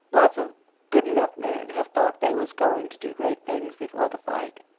lots of good-a-'nough men have thought they was going to do great things before the fight,